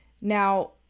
Now